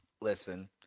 Listen